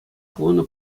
хунӑ